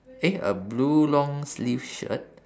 eh a blue long sleeve shirt